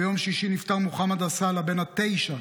ביום שישי נפטר מוחמד עאסלה בן התשע,